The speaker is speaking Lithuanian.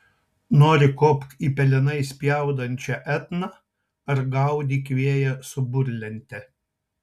nori kopk į pelenais spjaudančią etną ar gaudyk vėją su burlente